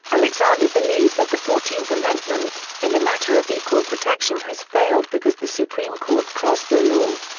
alexander believes that the fourteenth amendment, in a matter of equal protection has failed because the supreme court crossed the law.